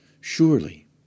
Surely